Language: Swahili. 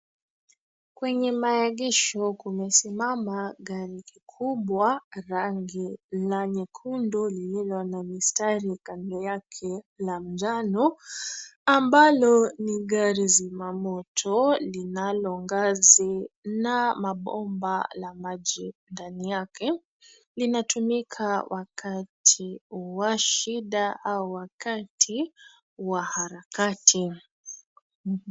Kwenye maegesho kumesimama gari kubwa, rangi la nyekundu lililo na mistari kando yake la njano ambalo ni gari zimamoto. Linalo ngazi na mabomba la maji ndani yake. Linatumika wakati wa shida au wakati wa harakati.